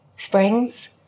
springs